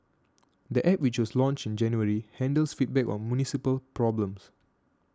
the App which was launched in January handles feedback on municipal problems